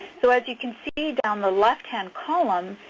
so as you can see down the left hand column,